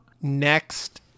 Next